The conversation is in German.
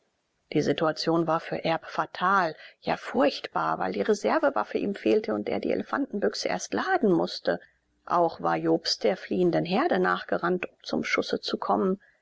die situation war für erb fatal ja furchtbar weil die reservewaffe ihm fehlte und er die elefantenbüchse erst laden mußte auch war jobst der fliehenden herde nachgerannt um zum schuß zu kommen